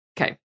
okay